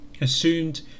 assumed